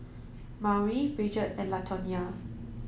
Maury Bridgett and Latonya